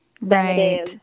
Right